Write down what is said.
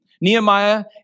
Nehemiah